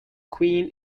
queen